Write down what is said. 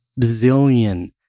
bazillion